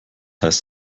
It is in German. heißt